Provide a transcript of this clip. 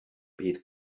bydd